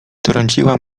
trąciła